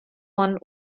one